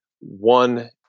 One